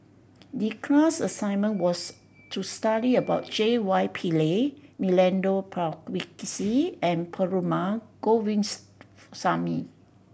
the class assignment was to study about J Y Pillay Milenko Prvacki and Perumal